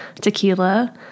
tequila